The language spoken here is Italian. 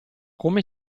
come